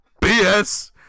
BS